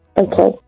okay